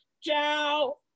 ciao